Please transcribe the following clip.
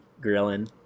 grilling